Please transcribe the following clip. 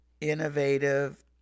innovative